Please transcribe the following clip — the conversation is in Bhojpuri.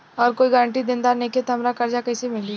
अगर कोई गारंटी देनदार नईखे त हमरा कर्जा कैसे मिली?